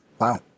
wow